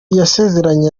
yasezeranye